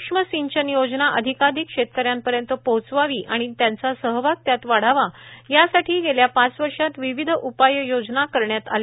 सूक्ष्म सिंचन योजना अधिकाधिक शेतकऱ्यांपर्यंत पोहोचावी आणि त्यांचा सहभाग त्यात वाढावा यासाठी गेल्या पाच वर्षात विविध उपाययोजना करण्यात आल्या